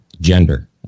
gender